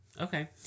Okay